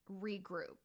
regroup